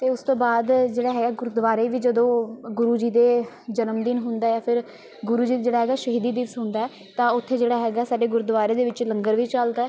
ਅਤੇ ਉਸ ਤੋਂ ਬਾਅਦ ਜਿਹੜਾ ਹੈਗਾ ਗੁਰਦੁਆਰੇ ਵੀ ਜਦੋਂ ਗੁਰੂ ਜੀ ਦੇ ਜਨਮਦਿਨ ਹੁੰਦਾ ਫਿਰ ਗੁਰੂ ਜੀ ਜਿਹੜਾ ਹੈਗਾ ਸ਼ਹੀਦੀ ਦਿਵਸ ਹੁੰਦਾ ਤਾਂ ਉੱਥੇ ਜਿਹੜਾ ਹੈਗਾ ਸਾਡੇ ਗੁਰਦੁਆਰੇ ਦੇ ਵਿੱਚ ਲੰਗਰ ਵੀ ਚੱਲਦਾ